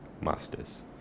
masters